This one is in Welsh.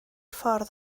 ffordd